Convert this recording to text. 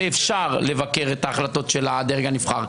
ואפשר לבקר את ההחלטות של הדרג הנבחר.